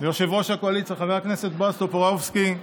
ליושב-ראש הקואליציה חבר הכנסת בועז טופורובסקי,